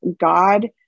God